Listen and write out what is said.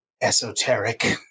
esoteric